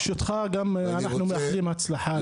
ברשותך, אנחנו גם מאחלים לך בהצלחה.